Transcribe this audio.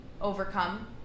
overcome